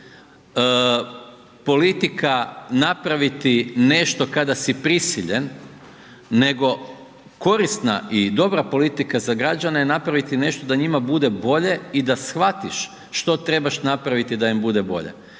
politika napraviti nešto kada si prisiljen, nego korisna i dobra politika za građane je napraviti nešto da njima bude bolje i da shvatiš što trebaš napraviti da im bude bolje.